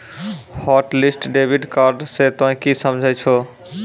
hotlist debit card से तोंय की समझे छौं